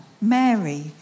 Mary